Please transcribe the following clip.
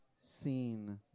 seen